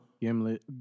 Gimlet